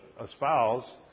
espouse